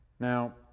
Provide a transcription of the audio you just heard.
Now